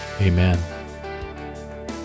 Amen